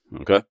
Okay